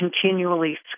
continually